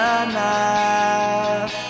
enough